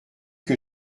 que